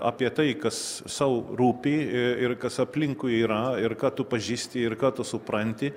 apie tai kas sau rūpi ir kas aplinkui yra ir ką tu pažįsti ir ką tu supranti